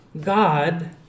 God